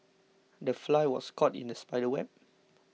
the fly was caught in the spider's web